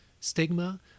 stigma